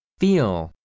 feel